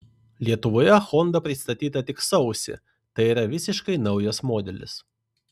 lietuvoje honda pristatyta tik sausį tai yra visiškai naujas modelis